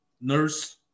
Nurse